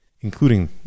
including